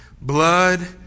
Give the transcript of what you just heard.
Blood